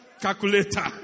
calculator